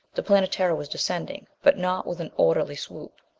the planetara was descending. but not with an orderly swoop.